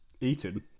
eaten